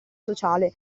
sociale